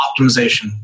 optimization